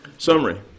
Summary